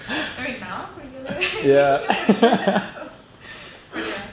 I mean நான்குடிக்கலநீயும்குடிக்கல:naan kudikkala neeyum kudikkala